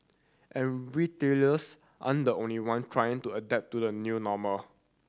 and retailers aren't the only one trying to adapt to the new normal